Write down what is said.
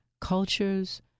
cultures